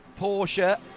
Porsche